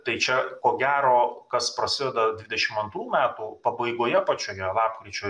tai čia ko gero kas prasideda dvidešim antrų metų pabaigoje pačioje lapkričio